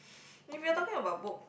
if you're talking about book